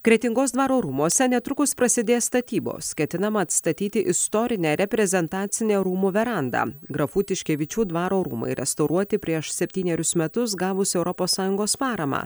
kretingos dvaro rūmuose netrukus prasidės statybos ketinama atstatyti istorinę reprezentacinę rūmų verandą grafų tiškevičių dvaro rūmai restauruoti prieš septynerius metus gavus europos sąjungos paramą